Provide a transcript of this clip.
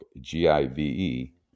G-I-V-E